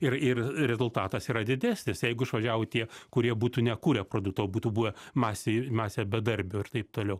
ir ir rezultatas yra didesnis jeigu išvažiavo tie kurie būtų nekūrę produkto o būtų buvę masėj masėje bedarbių ir taip toliau